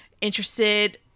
Interested